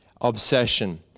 obsession